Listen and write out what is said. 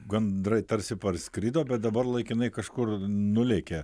gandrai tarsi parskrido bet dabar laikinai kažkur nulėkė